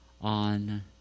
on